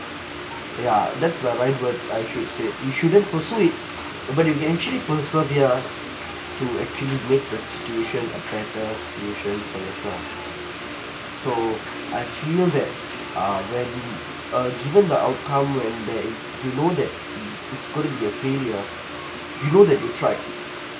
ya that's the right word I should say you shouldn't pursue it but you can actually persevere to actually make the situation a better situation for yourself so I feel that ah where you uh given the outcome when there you know that it it's going to be you know that you tried